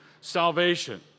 salvation